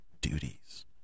duties